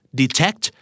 detect